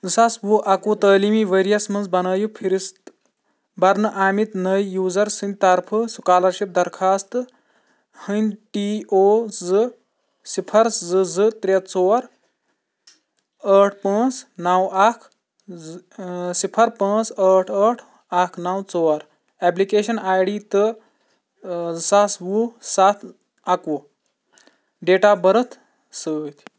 زٕ ساس وُہ اَکہٕ وُہ تٲلیٖمی ؤریَس مَنٛز بنٲیِو فہرست بَرنہٕ آمِتۍ نٔے یوٗزَر سٕنٛدۍ طرفہٕ سکالرشِپ درخواست ہٕنٛدۍ ٹی او زٕ صِفر زٕ زٕ ترٛےٚ ژور ٲٹھ پانٛژھ نَو اکھ زٕ صِفر پاںٛژھ ٲٹھ ٲٹھ اکھ نَو ژور اٮ۪پلِکیشَن آی ڈی تہٕ زٕ ساس وُہ سَتھ اَکہٕ وُہ ڈیٹ آف بٔرٕتھ سۭتۍ